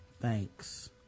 thanks